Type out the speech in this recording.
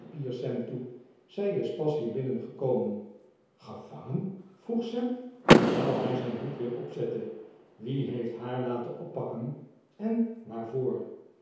toe zij is pas hier binnengekomen gevangen vroeg sam terwijl hij zijn hoed weer opzette wie heeft haar laten oppakken en waarvoor